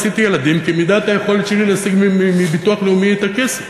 עשיתי ילדים כמידת היכולת שלי להשיג מביטוח לאומי את הכסף.